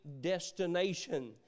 destination